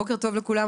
בוקר טוב לכולם,